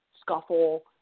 scuffle